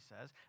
says